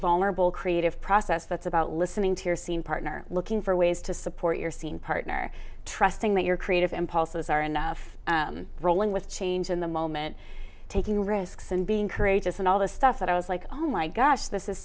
vulnerable creative process that's about listening to your scene partner looking for ways to support your scene partner trusting that your creative impulses are enough rolling with change in the moment taking risks and being courageous and all this stuff that i was like oh my gosh this is